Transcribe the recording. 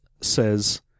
says